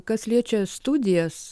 kas liečia studijas